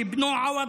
שבנו עווד,